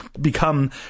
become